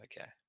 Okay